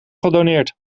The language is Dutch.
gedoneerd